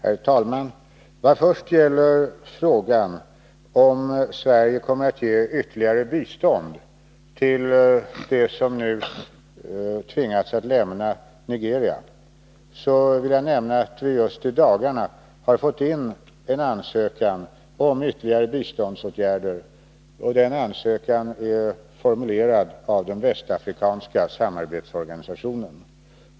Herr talman! Vad först gäller frågan om Sverige kommer att ge ytterligare bistånd till dem som nu tvingas att lämna Nigeria vill jag nämna att vi just i dagarna har fått in en ansökan om ytterligare biståndsåtgärder. Ansökan är formulerad av den västafrikanska samarbetsorganisationen.